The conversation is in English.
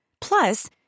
Plus